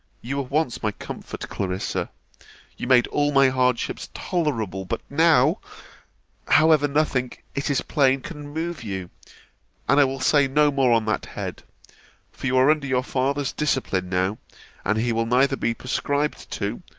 you were once my comfort, clarissa you made all my hardships tolerable but now however, nothing, it is plain, can move you and i will say no more on that head for you are under your father's discipline now and he will neither be prescribed to,